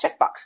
Checkbox